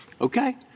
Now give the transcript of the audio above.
Okay